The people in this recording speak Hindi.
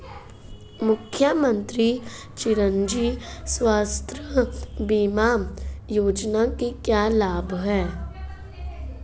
मुख्यमंत्री चिरंजी स्वास्थ्य बीमा योजना के क्या लाभ हैं?